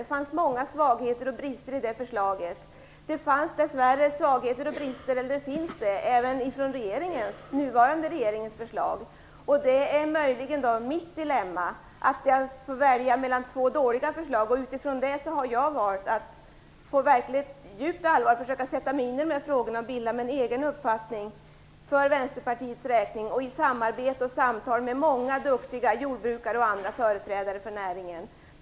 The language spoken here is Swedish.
Det fanns många svagheter och brister i det förslaget. Det fanns och finns dess värre även svagheter och brister även i den nuvarande regeringens förslag. Det är möjligen mitt dilemma att jag får välja mellan två dåliga förslag. Utifrån det har jag valt att på djupt allvar försöka sätta mig in i dessa frågor och bilda mig en egen uppfattning för Vänsterpartiets räkning, i samarbete och samtal med många duktiga jordbrukare och andra företrädare för näringen.